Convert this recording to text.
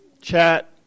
chat